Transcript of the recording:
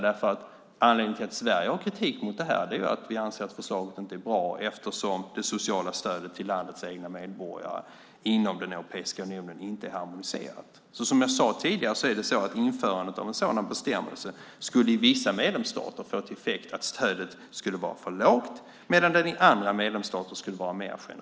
Anledningen till att Sverige riktar kritik mot det här är ju att vi anser att förslaget inte är bra eftersom det sociala stödet till landets egna medborgare inom Europeiska unionen inte är harmoniserat. Som jag sade tidigare är det så att införandet av en sådan bestämmelse i vissa medlemsstater skulle få till effekt att stödet skulle vara för lågt medan det i andra länder skulle vara mer generöst.